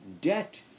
Debt